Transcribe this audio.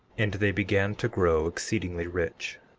and they began to grow exceedingly rich.